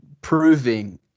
proving